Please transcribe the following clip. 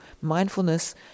mindfulness